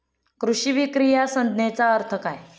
कृषी विक्री या संज्ञेचा अर्थ काय?